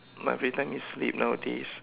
my free time is sleep nowadays